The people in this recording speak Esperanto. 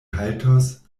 haltos